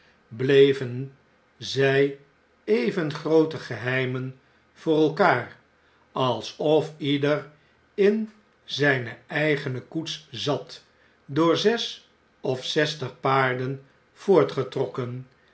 bleven zn even groote geheimen voorelkaar alsof ieder in zjjne eigene koets zat door zes of zestig paarden